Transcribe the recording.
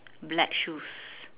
black shoes